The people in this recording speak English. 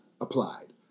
applied